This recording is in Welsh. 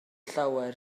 llawer